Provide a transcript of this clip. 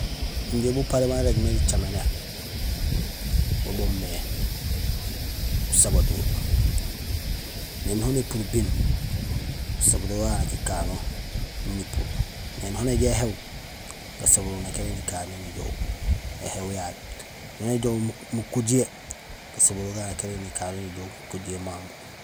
Injé buparé baan irégmé nicaméné bo boomé usabadoor. Ēni hoon népuur biin usabadoor wawu nak ikano miin ipuur, néni hoon néjoow éhéw; gasabadoor nak itrég nikanohé nijoow bubo éhéw yayu. Noon néjoow makojihé, gasabadoor gagu nak irég nikanohé nijoow makojihé mamu.